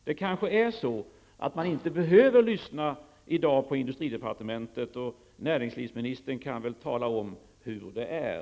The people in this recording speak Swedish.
Det kanske är så att man i dag inte behöver lyssna. Näringsministern kan väl tala om hur det är.